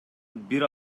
бир